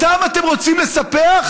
אותם אתם רוצים לספח?